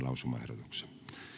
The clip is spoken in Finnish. lausumaehdotuksen